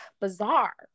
Bizarre